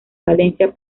valencia